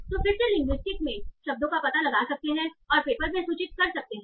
तो फिर से लिंग्विस्टिक में शब्दों का पता लगा सकते है और पेपर में सूचित कर सकते हैं